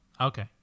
Okay